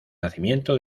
nacimiento